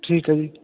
ਠੀਕ ਹੈ ਜੀ